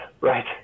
right